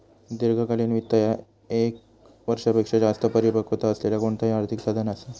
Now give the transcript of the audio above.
दीर्घकालीन वित्त ह्या ये क वर्षापेक्षो जास्त परिपक्वता असलेला कोणताही आर्थिक साधन असा